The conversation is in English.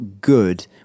good